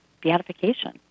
beatification